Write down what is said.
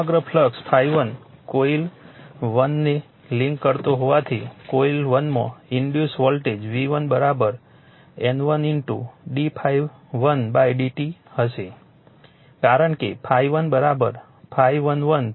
સમગ્ર flux ∅1 coil 1 ને link કરતો હોવાથી કોઇલ 1 માં induce voltage V1 N1 d ∅1 dt હશે કારણ કે ∅1 ∅11 ∅12 છે